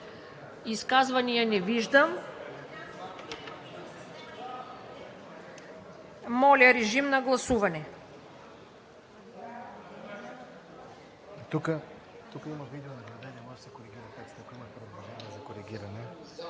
Изказвания? Не виждам. Режим на гласуване